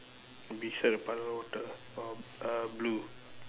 beside the puddle of water orh err blue